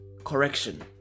Correction